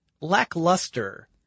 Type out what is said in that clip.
lackluster